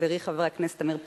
חברי חבר הכנסת עמיר פרץ,